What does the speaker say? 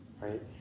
right